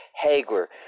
Hager